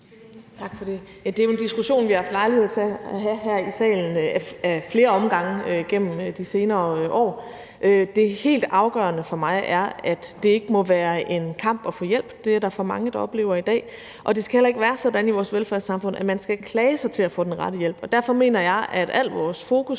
Tak for det. Det er jo en diskussion, vi har haft lejlighed til at have her i salen ad flere omgange gennem de senere år. Det helt afgørende for mig er, at det ikke må være en kamp at få hjælp. Det er der for mange der oplever i dag. Og det skal heller ikke være sådan i vores velfærdssamfund, at man skal klage sig til at få den rette hjælp. Derfor mener jeg, at alt vores fokus